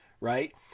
right